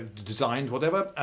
designed, whatever.